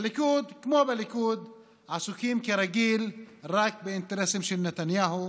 בליכוד כמו בליכוד עסוקים כרגיל רק באינטרסים של נתניהו,